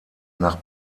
nach